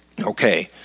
Okay